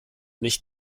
nicht